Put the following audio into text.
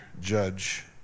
judge